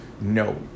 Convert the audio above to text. No